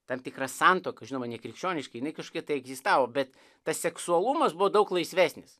tam tikra santuoka žinoma ne krikščioniška jinai kažkokia tai egzistavo bet tas seksualumas buvo daug laisvesnis